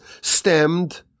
stemmed